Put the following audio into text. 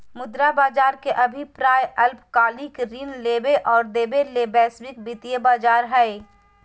मुद्रा बज़ार के अभिप्राय अल्पकालिक ऋण लेबे और देबे ले वैश्विक वित्तीय बज़ार हइ